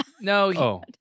no